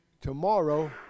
Tomorrow